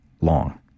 long